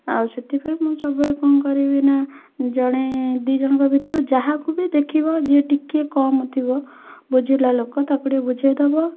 ଆଉ ସେଥିପାଇଁ ମୁଁ ସବୁବେଳେ କ'ଣ କରିବି ନା ଜଣେ ଦିଜଣଙ୍କ ଭିତରୁ ଯାହାକୁ ବି ଦେଖିବ ଯିଏ ଟିକିଏ କମ୍ ଥିବ ବୁଝିଲା ଲୋକ ତାକୁ ଟିକିଏ ବୁଝେଇ ଦେବ